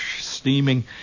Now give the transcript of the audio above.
steaming